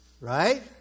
right